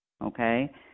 okay